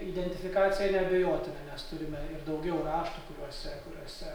identifikacija neabejotina nes turime ir daugiau raštų kuriuose kuriuose